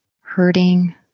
hurting